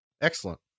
Excellent